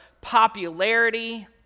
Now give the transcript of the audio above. popularity